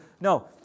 No